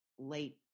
Late